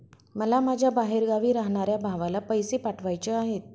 मला माझ्या बाहेरगावी राहणाऱ्या भावाला पैसे पाठवायचे आहे